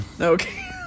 Okay